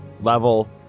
level